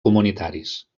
comunitaris